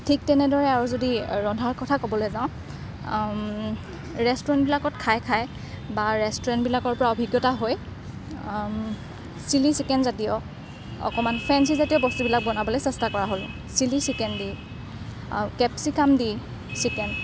ঠিক তেনেদৰে আৰু যদি ৰন্ধা কথা ক'বলৈ যাওঁ ৰেষ্টুৰেণ্টবিলাকত খাই খাই বা ৰেষ্টুৰেণ্টবিলাকৰ পৰা অভিজ্ঞতা হৈ চিলি চিকেনজাতীয় অকণমান ফেঞ্চিজাতীয় বস্তুবিলাক বনাবলৈ চেষ্টা কৰা হ'লোঁ চিলি চিকেন দি আৰু কেপচিকাম দি চিকেন